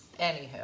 Anywho